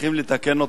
שצריכים לתקן.